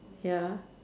ya